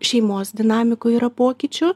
šeimos dinamikoj yra pokyčių